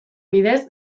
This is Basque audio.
bidez